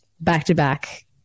back-to-back